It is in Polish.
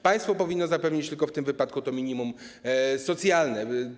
Państwo powinno zapewnić tylko w tym wypadku minimum socjalne.